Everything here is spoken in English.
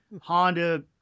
Honda